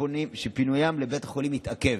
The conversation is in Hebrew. שפינוים לבית החולים יתעכב.